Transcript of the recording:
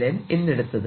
N എന്നെടുത്തത്